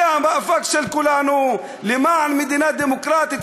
זה המאבק של כולנו למען מדינה דמוקרטית,